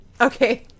Okay